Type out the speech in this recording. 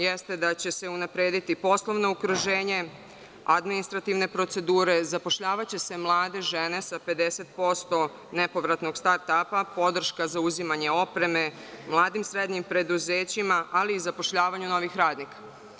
Jeste da će se unaprediti poslovno okruženje, administrativne procedure, zapošljavaće se mlade žene sa 50% nepovratnog start apa, podrška zauzimanje opreme malim i srednjim preduzećima, ali i zapošljavanje novih radnika.